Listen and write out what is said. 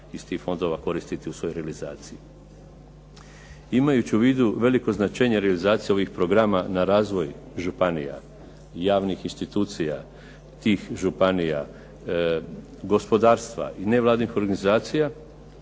iz tih fondova koristiti u svojoj realizaciji. Imajući u vidu veliko značenje realizacije ovih programa na razvoj županija, javnih institucija tih županija, gospodarstva i nevladinih organizacija